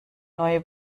neue